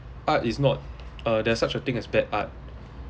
art is not uh there's such a thing as bad art